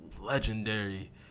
legendary